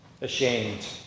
Ashamed